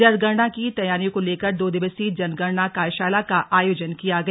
जनगणना की तैयारियों को लेकर दो दिवसीय जनगणना कार्यशाला का आयोजन किया गया